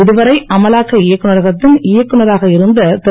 இது வரை அமலாக்க இயக்குநரகத்தின் இயக்குநராக இருந்த திரு